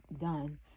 done